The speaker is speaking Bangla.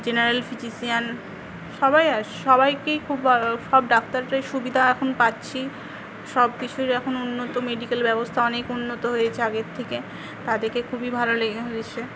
জেনারেল ফিজিশিয়ান সবাই আসে সবাইকেই খুব সব ডাক্তাররাই সুবিধা এখন পাচ্ছি সবকিছুই এখন উন্নত মেডিকেল ব্যবস্থা অনেক উন্নত হয়েছে আগের থেকে তা দেখে খুবই ভালো লেগেছে